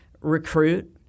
recruit